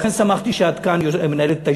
לכן שמחתי שאת כאן מנהלת את הישיבה,